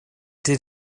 did